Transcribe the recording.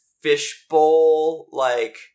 fishbowl-like